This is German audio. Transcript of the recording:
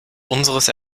unseres